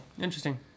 Interesting